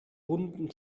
runden